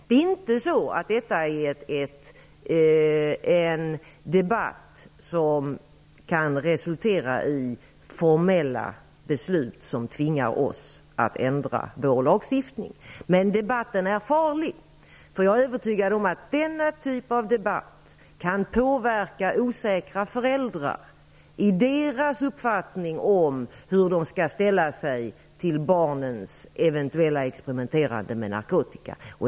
Det är inte en debatt som kan resultera i formella beslut som tvingar oss att ändra vår lagstiftning, men debatten är farlig. Jag är övertygad om att denna typ av debatt kan påverka osäkra föräldrar i deras uppfattning om hur de skall ställa sig till barnens eventuella experimenterande med narkotika.